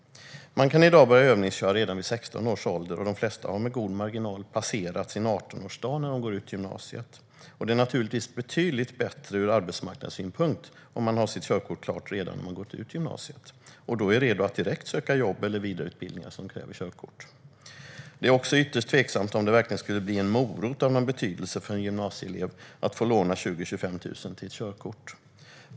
Man kan i dag börja övningsköra redan vid 16 års ålder, och de flesta har med god marginal passerat sin 18-årsdag när de går ut gymnasiet. Det är naturligtvis betydligt bättre ur arbetsmarknadssynpunkt om man har sitt körkort klart redan när man går ut gymnasiet och då är redo att direkt söka jobb eller vidareutbildningar som kräver körkort. Det är också ytterst tveksamt om det verkligen skulle bli en morot av någon betydelse för en gymnasieelev att få låna 20 000-25 000 till ett körkort.